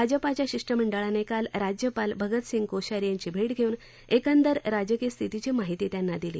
भाजपाच्या शिष्टमंडळानं काल राज्यपाल भगत सिंग कोश्यारी यांची भेट घेऊन एकंदर राजकीय स्थितीची माहिती त्यांना दिली